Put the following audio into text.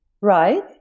Right